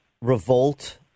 revolt